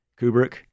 Kubrick